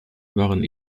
waren